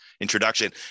introduction